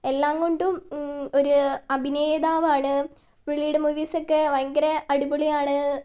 എല്ലാം കൊണ്ടും ഒരു അഭിനേതാവാണ് പുള്ളിയുടെ മൂവീസൊക്കെ ഭയങ്കര അടിപൊളിയാണ്